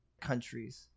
countries